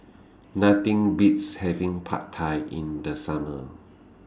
Nothing Beats having Pad Thai in The Summer